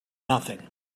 nothing